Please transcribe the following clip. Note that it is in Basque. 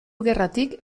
gerratik